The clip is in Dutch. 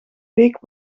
week